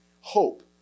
hope